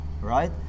right